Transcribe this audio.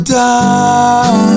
down